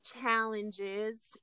challenges